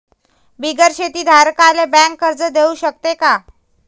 बिगर शेती धारकाले बँक कर्ज देऊ शकते का?